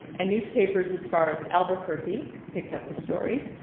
and newspapers as far as albuquerque picked up the story.